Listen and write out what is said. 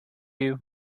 you